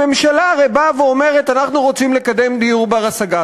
הממשלה הרי באה ואומרת: אנחנו רוצים לקדם דיור בר-השגה.